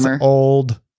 Old